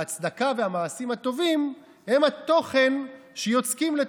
והצדקה והמעשים הטובים הם התוכן שיוצקים לתוכו.